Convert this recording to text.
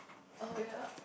oh ya